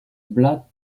blatt